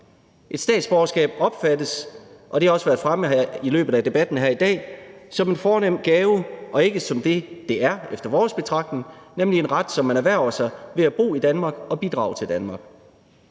Et statsborgerskab opfattes – og det har også været fremme i løbet af debatten her i dag – som en fornem gave og ikke som det, det efter vores betragtning er, nemlig en ret, som man erhverver sig ved at bo i Danmark og bidrage til Danmark.